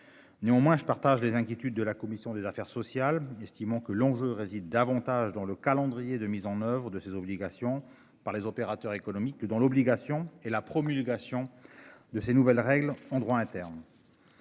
Néanmoins je partage les inquiétudes de la commission des affaires sociales, estimant que l'enjeu réside davantage dans le calendrier de mise en oeuvre de ces obligations par les opérateurs économiques dans l'obligation et la promulgation de ces nouvelles règles en droit interne.